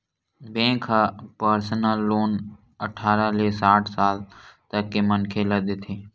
bank ह personal loan अठारह ले साठ साल तक के मनखे ल देथे